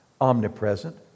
omnipresent